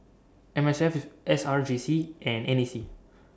M S F S R J C and N A C